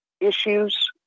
issues